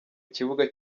kibuga